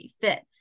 Fit